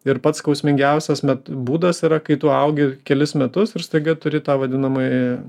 ir pats skausmingiausias būdas yra kai tu augi kelis metus ir staiga turi tą vadinamąjį